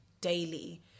daily